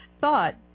thought